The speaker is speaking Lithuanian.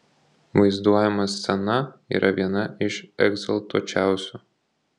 vaizduojama scena yra viena iš egzaltuočiausių